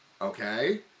Okay